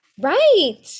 Right